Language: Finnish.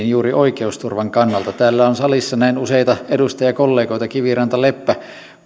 juuri oikeusturvan kannalta täällä salissa näen useita edustajakollegoita kiviranta leppä